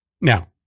now